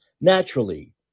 naturally